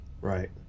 Right